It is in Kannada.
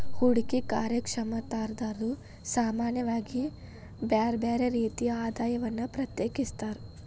ಹೂಡ್ಕಿ ಕಾರ್ಯಕ್ಷಮತಾದಾರ್ರು ಸಾಮಾನ್ಯವಾಗಿ ಬ್ಯರ್ ಬ್ಯಾರೆ ರೇತಿಯ ಆದಾಯವನ್ನ ಪ್ರತ್ಯೇಕಿಸ್ತಾರ್